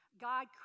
God